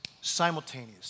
simultaneous